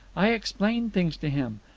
i explained things to him.